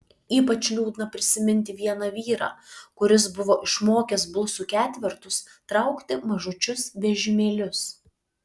ypač liūdna prisiminti vieną vyrą kuris buvo išmokęs blusų ketvertus traukti mažučius vežimėlius